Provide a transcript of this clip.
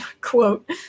quote